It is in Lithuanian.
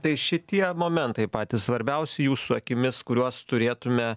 tai šitie momentai patys svarbiausi jūsų akimis kuriuos turėtume